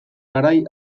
garai